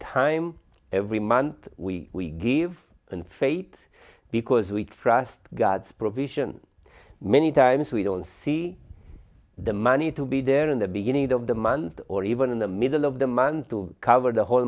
time every month we we give and fate because we trust god's provision many times we don't see the money to be there in the beginning of the month or even in the middle of the month to cover the whole